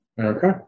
Okay